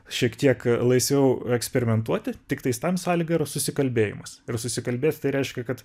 šiek tiek laisviau eksperimentuoti tiktais tam sąlyga yra susikalbėjimas ir susikalbės tai reiškia kad